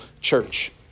church